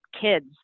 kids